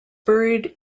buried